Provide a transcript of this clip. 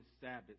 Sabbath